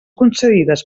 concedides